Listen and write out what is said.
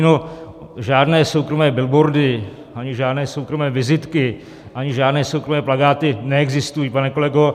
No, žádné soukromé billboardy ani žádné soukromé vizitky ani žádné soukromé plakáty neexistují, pane kolego.